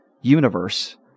universe